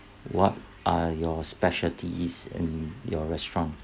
what are your specialty is in your restaurant